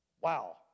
Wow